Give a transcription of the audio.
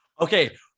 Okay